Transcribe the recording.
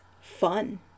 fun